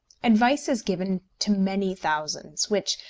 advice is given to many thousands, which,